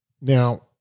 Now